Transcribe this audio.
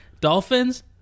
Dolphins